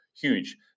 huge